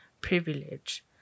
privilege